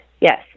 yes